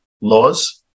laws